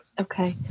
Okay